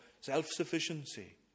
self-sufficiency